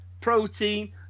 protein